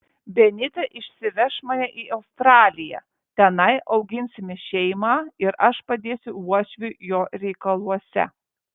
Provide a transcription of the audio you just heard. benita išsiveš mane į australiją tenai auginsime šeimą ir aš padėsiu uošviui jo reikaluose